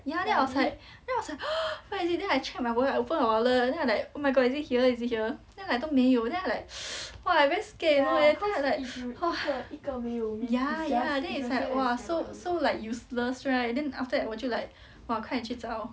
ya then I was like then I was like !huh! why is it then I check my wallet I open my wallet then I'm like oh my god is it here is it here then like 都没有 then I like !wah! I very scared you know leh then I like !wah! ya ya then it's like !wah! so so like useless right then after that 我就 like 快点去找